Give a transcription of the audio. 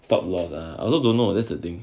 stop loss ah I also don't know that's the thing